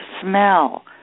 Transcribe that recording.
smell